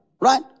right